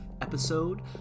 episode